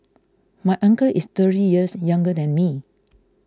my uncle is thirty years younger than me